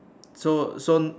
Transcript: so so